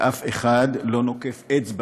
ואף אחד לא נוקף אצבע